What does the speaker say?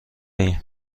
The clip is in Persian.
ایم